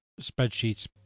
spreadsheets